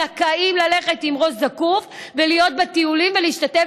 זכאים ללכת עם ראש זקוף ולהיות בטיולים ולהשתתף